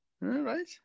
Right